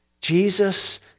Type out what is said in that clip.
Jesus